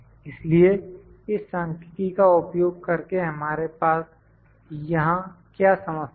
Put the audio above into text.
इसलिए इस संख्यिकी का उपयोग करके हमारे पास यहां क्या समस्या है